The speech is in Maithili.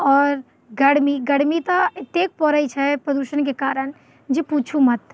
आओर गर्मी गर्मी तऽ एतेक पड़ैत छै प्रदूषणके कारण जे पुछू मत